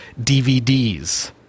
DVDs